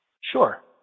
Sure